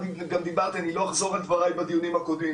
לא אחזור על דבריי בדיונים הקודמים.